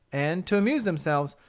and, to amuse themselves,